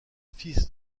fils